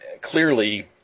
clearly